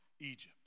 Egypt